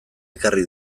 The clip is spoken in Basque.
ekarri